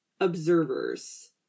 observers